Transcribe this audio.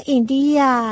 India